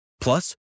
plus